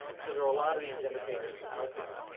so there were a lot of these imitators out there.